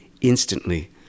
instantly